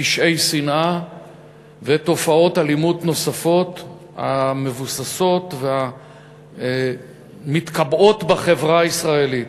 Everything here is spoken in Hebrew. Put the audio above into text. פשעי שנאה ותופעות אלימות נוספות המבוססות והמתקבעות בחברה הישראלית.